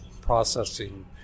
processing